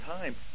time